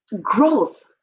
growth